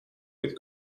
with